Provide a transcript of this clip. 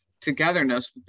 togetherness